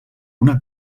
una